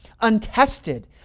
untested